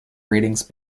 ratings